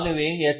ஆகவே எச்